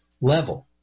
level